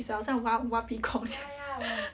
it's like 很像挖挖鼻孔这样